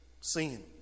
sin